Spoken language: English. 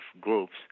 groups